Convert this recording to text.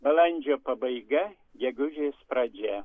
balandžio pabaiga gegužės pradžia